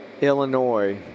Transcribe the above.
Illinois